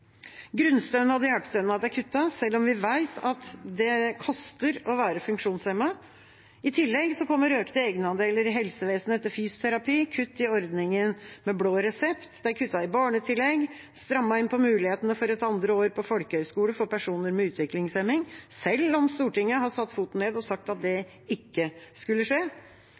hjelpestønad er kuttet, selv om vi vet at det koster å være funksjonshemmet. I tillegg kommer økte egenandeler i helsevesenet til fysioterapi, kutt i ordningen med blå resept, det er kuttet i barnetillegg og strammet inn på mulighetene for et andre år på folkehøgskole for personer med utviklingshemming, selv om Stortinget har satt foten ned og sagt at det ikke skulle skje.